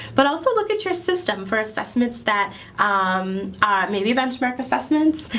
but also look at your system for assessments that um maybe benchmark assessments,